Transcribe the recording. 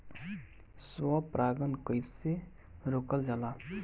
स्व परागण कइसे रोकल जाला?